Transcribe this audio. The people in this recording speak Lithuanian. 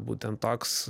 būtent toks